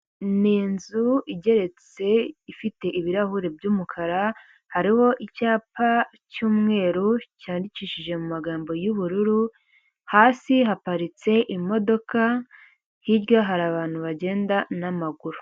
Ni inzu igeretse ifite ibirahuri by'umukara hariho icyapa cy'umweru cyandikishije mu magambo y'ubururu hasi haparitse imodoka hirya hari abantu bagenda n'amaguru.